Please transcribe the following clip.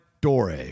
Dore